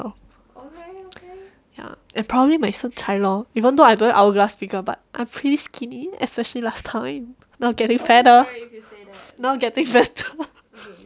oh ya and probably my 身材 loh even though I don't have hourglass figure but I'm pretty skinny especially last time now getting fatter now getting fatter